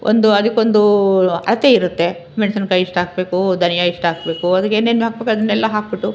ಒಂದು ಅದಕ್ಕೊಂದು ಅಳತೆ ಇರುತ್ತೆ ಮೆಣಸಿನ್ಕಾಯಿ ಇಷ್ಟಾಕಬೇಕು ಧನಿಯಾ ಇಷ್ಟಾಕಬೇಕು ಅದಕ್ಕೆ ಏನೇನು ಹಾಕಬೇಕು ಅದನ್ನೆಲ್ಲ ಹಾಕಿಬಿಟ್ಟು